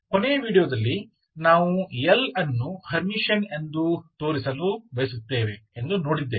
ಕೊನೆಯ ವೀಡಿಯೊದಲ್ಲಿ ನಾವು L ಅನ್ನು ಹರ್ಮಿಟಿಯನ್ ಎಂದು ತೋರಿಸಲು ಬಯಸುತ್ತೇವೆ ಎಂದು ನೋಡಿದ್ದೇವೆ